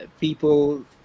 people